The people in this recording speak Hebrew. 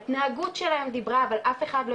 ההתנהגות שלהם דיברה אבל אף אחד לא